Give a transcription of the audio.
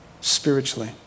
spiritually